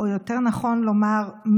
או יותר נכון לומר,